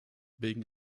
wegen